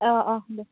अ अ दे